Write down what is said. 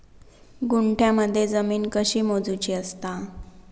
गुंठयामध्ये जमीन कशी मोजूची असता?